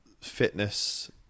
fitness